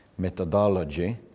Methodology